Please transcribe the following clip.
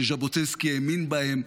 שז'בוטינסקי האמין בהם,